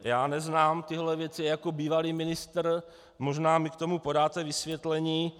Já neznám tyhle věci a jako bývalý ministr možná mi k tomu podáte vysvětlení.